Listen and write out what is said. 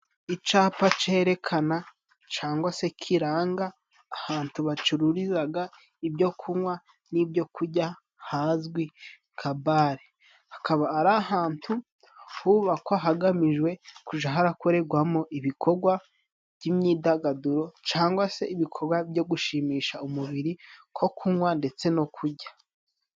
Icapa cerekana cangwa se kiranga ahatu bacururizaga ibyo kunywa n'ibyo kurya hazwi nka bare. Hakaba ari ahatu hubakwa hagamijwe kuja harakorerwamo ibikorwa by'imyidagaduro, cyangwa se ibikorwa byo gushimisha umubiri nko kunywa ndetse no kurya.